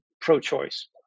pro-choice